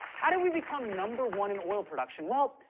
how did we become number one in oil production? well,